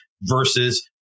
versus